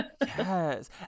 yes